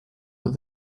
with